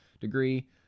degree